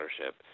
ownership